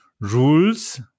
rules